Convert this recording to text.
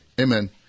Amen